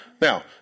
Now